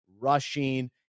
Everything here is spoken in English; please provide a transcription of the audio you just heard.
rushing